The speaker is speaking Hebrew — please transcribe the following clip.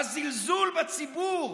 הזלזול בציבור,